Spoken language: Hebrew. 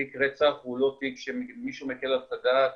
תיק רצח הוא לא תיק שמישהו מקל עליו את הדעת,